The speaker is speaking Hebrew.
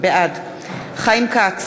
בעד חיים כץ,